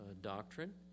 doctrine